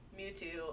Mewtwo